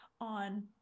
on